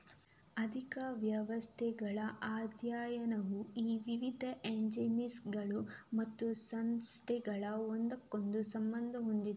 ಆರ್ಥಿಕ ವ್ಯವಸ್ಥೆಗಳ ಅಧ್ಯಯನವು ಈ ವಿವಿಧ ಏಜೆನ್ಸಿಗಳು ಮತ್ತು ಸಂಸ್ಥೆಗಳು ಒಂದಕ್ಕೊಂದು ಸಂಬಂಧ ಹೊಂದಿವೆ